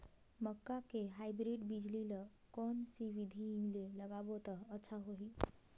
मक्का के हाईब्रिड बिजली ल कोन सा बिधी ले लगाबो त अच्छा होहि?